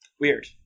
Weird